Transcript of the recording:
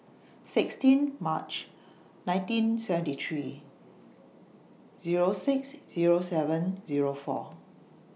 sixteen March nineteen seventy three Zero six Zero seven Zero four